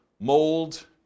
mold